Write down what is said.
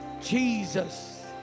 Jesus